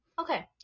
okay